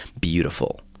beautiful